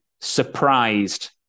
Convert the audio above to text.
surprised